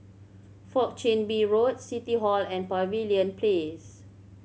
Fourth Chin Bee Road City Hall and Pavilion Place